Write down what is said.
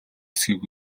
эсэхийг